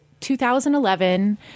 2011